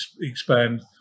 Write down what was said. expand